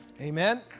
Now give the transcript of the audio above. Amen